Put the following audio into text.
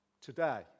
today